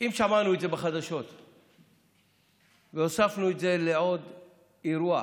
אם שמענו את זה בחדשות והוספנו את זה לעוד אירוע,